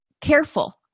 careful